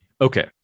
Okay